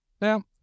Now